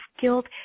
guilt